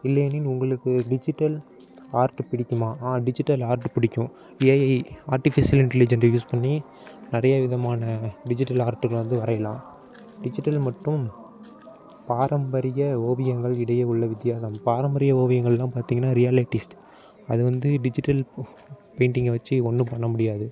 இல்லையெனில் உங்களுக்கு digital art பிடிக்குமா ஆ டிஜிட்டல் ஆர்ட்டு பிடிக்கும் ஏஐ ஆர்ட்டிஃபிசியல் இன்ட்டலிஜெண்ட்டை யூஸ் பண்ணி நிறைய விதமான டிஜிட்டல் ஆர்ட்டுகளை வந்து வரையலாம் டிஜிட்டல் மற்றும் பாரம்பரிய ஓவியங்கள் இடையே உள்ள வித்தியாசம் பாரம்பரிய ஓவியங்கள்னா பார்த்தீங்கன்னா ரியாலிட்டிஸ்ட் அது வந்து டிஜிட்டல் பெயிண்டிங்கை வெச்சு ஒன்றும் பண்ண முடியாது